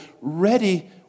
ready